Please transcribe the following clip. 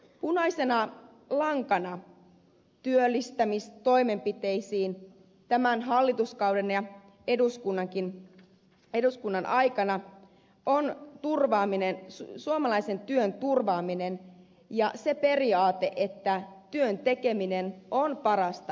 punaisena lankana työllistämistoimenpiteissä tämän hallituskauden ja eduskunnan aikana on suomalaisen työn turvaaminen ja se periaate että työn tekeminen on parasta sosiaaliturvaa